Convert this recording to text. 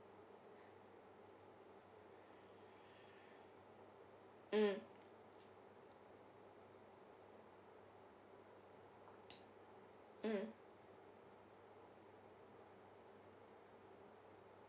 mm mm